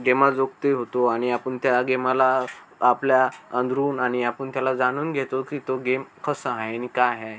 गेमाजोगते होतो आणि आपण त्या गेमाला आपल्या अंदरून आणि आपण त्याला जाणून घेतो की तो गेम कसा आहे आणि काय आहे